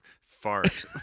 Fart